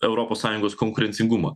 europos sąjungos konkurencingumą